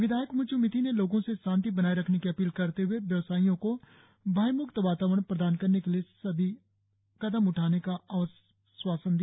विधायक म्च् मिथि ने लोगों से शांति बनाए रखने की अपील करते हए व्यवसायियों को भयम्क्त वातावरण प्रदान करने के लिए सभी आश्वासन दिया